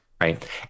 right